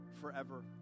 forever